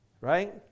Right